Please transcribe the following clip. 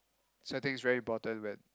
so I think it's very important when